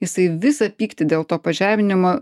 jisai visą pyktį dėl to pažeminimo